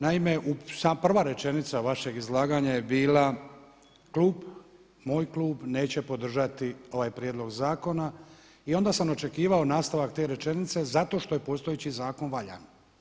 Naime prva rečenica vašeg izlaganja je bila klub, moj klub neće podržati ovaj prijedlog zakona i onda sam očekivao nastavak te rečenice zato što je postojeći zakon valjan.